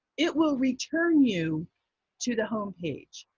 it will return you to the home page,